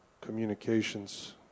communications